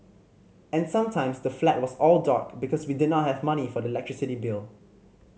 and sometimes the flat was all dark because we did not have money for the electricity bill